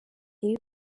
iri